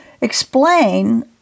Explain